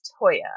Toya